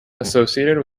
associated